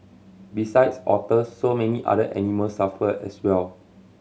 besides otters so many other animals suffer as well